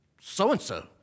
so-and-so